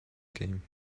game